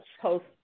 post